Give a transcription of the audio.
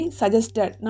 suggested